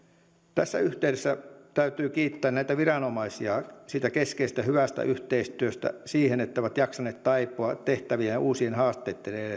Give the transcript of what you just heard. tässä yhteydessä täytyy kiittää näitä viranomaisia hyvästä yhteistyöstä siinä että ovat jaksaneet taipua tehtävien ja uusien haasteitten